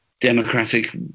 Democratic